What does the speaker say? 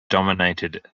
dominated